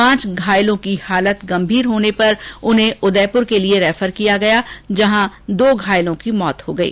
पांच घायलों की हालत गंभीर होने से उन्हें उदयपुर के लिए रेफर किया गया जहां दो घायलों की मौत हो गई